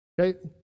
okay